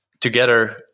together